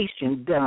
Done